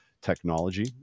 technology